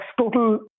total